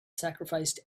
sacrificed